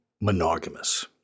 monogamous